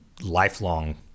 lifelong